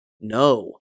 No